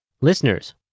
Listeners